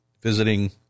visiting